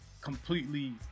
completely